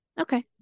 Okay